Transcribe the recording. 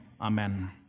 Amen